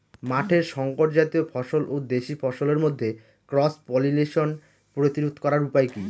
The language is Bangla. মাঠের শংকর জাতীয় ফসল ও দেশি ফসলের মধ্যে ক্রস পলিনেশন প্রতিরোধ করার উপায় কি?